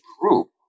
group